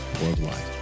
worldwide